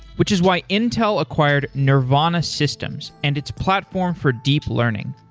which is why intel acquired nervana systems and its platform for deep learning.